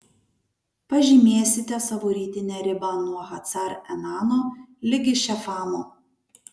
pažymėsite savo rytinę ribą nuo hacar enano ligi šefamo